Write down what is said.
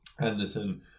Anderson